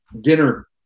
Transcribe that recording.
dinner